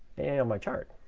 and on my chart.